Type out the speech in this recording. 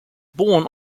born